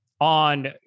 on